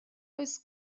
oes